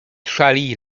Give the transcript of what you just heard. szali